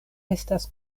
estas